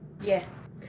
Yes